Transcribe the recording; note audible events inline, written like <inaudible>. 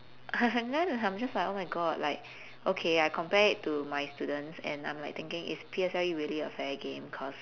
<laughs> then and I'm just like oh my god like okay I compare it to my students and I'm like thinking is P_S_L_E really a fair game cause